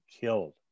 killed